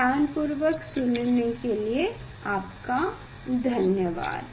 ध्यान पूर्वक सुनने के लिए आपका धन्यवाद